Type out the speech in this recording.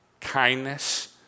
kindness